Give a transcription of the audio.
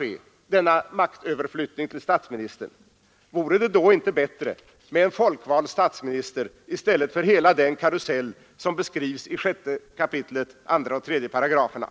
nu denna maktöverflyttning till statsministern skall ske, vore det då inte bättre med en folkvald statsminister i stället för hela denna karusell som beskrivs i 6 kap. 2 och 3 §§?